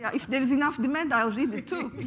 yeah if there is enough demand, i'll read it too,